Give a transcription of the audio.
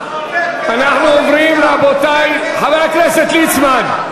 אנחנו עוברים, רבותי, חבר הכנסת ליצמן.